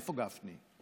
איפה גפני?